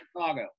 Chicago